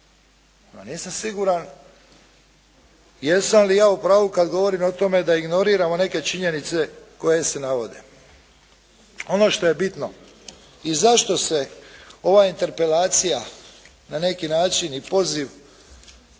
nisam siguran jesam li ja u pravu kad govorim o tome da ignoriramo neke činjenice koje se navode. Ono što je bitno i zašto se ova interpelacija na neki način i poziv